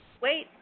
Wait